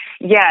Yes